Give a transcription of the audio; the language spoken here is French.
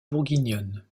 bourguignonne